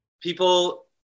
People